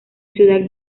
ciudad